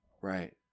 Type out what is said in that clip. right